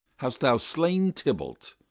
hast thou slain tybalt?